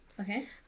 Okay